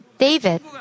David